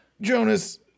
Jonas